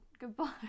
Goodbye